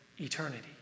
eternity